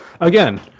Again